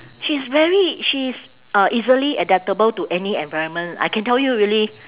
she's very she's uh easily adaptable to any environment I can tell you really